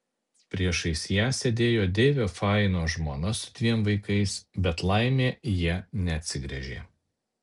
priešais ją sėdėjo deivio faino žmona su dviem vaikais bet laimė jie neatsigręžė